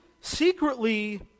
secretly